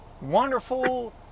wonderful